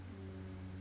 mm